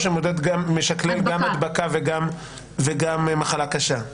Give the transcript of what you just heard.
או משקלל גם הדבקה וגם מחלה קשה?